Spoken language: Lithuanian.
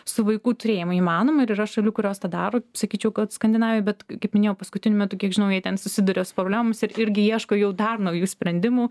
su vaikų turėjimu įmanoma ir yra šalių kurios tą daro sakyčiau kad skandinavijoj bet kaip minėjau paskutiniu metu kiek žinau jie ten susiduria su problemomis ir irgi ieško jau dar naujų sprendimų